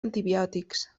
antibiòtics